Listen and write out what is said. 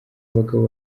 abagabo